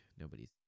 nobody's